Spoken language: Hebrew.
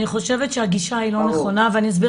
אני חושבת שהגישה היא לא נכונה ואני אסביר